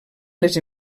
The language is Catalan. les